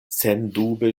sendube